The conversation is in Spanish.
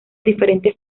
diferentes